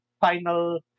final